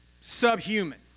subhuman